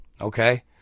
okay